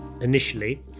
initially